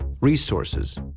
resources